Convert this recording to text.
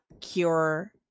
cure